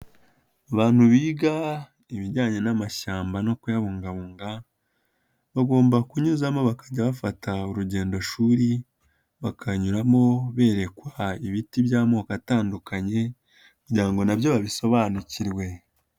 Abantu biga ibijyanye n'amashyamba no kuyabungabunga, bagomba kunyuzamo bakajya bafata urugendoshuri bakanyuramo berekwa ibiti by'amoko atandukanye kugira ngo na byo babisobanukirwe.